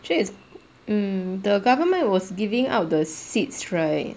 actually is mm the government was giving out the seeds right